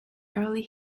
early